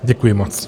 Děkuji moc.